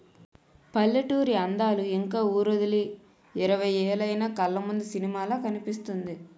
పల్లెటూరి అందాలు ఇంక వూరొదిలి ఇరవై ఏలైన కళ్లముందు సినిమాలా కనిపిస్తుంది